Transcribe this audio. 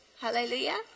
Hallelujah